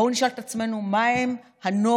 בואו נשאל את עצמנו מהן הנורמות,